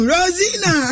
Rosina